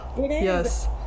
Yes